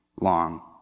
long